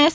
S